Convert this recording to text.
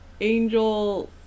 angel